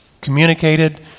communicated